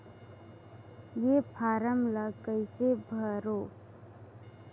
ये फारम ला कइसे भरो?